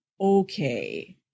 okay